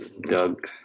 doug